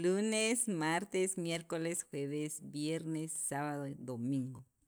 lunes, martes, miércoles, jueves, viernes, sábado, domingo.